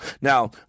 Now